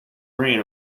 rain